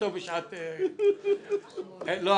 סיעת יש עתיד לסעיף 12א לא נתקבלה.